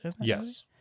Yes